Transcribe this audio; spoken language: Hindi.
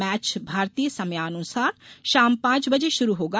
मैच भारतीय समयानुसार शाम पांच बजे शुरू होगा